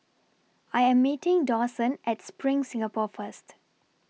I Am meeting Dawson At SPRING Singapore First